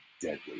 deadly